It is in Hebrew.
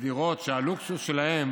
בדירות שהלוקסוס שלהן